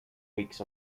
weeks